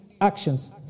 actions